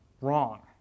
wrong